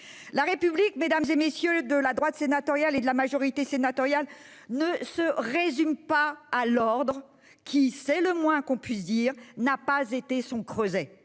La République, mesdames, messieurs de la droite sénatoriale et de la majorité sénatoriale, ne se résume pas à l'ordre qui- c'est le moins que l'on puisse dire -n'a pas été son creuset.